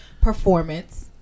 performance